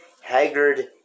haggard